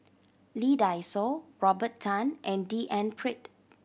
Lee Dai Soh Robert Tan and D N Pritt